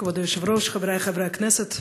כבוד היושב-ראש, חברי חברי הכנסת,